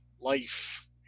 life